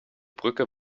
brücke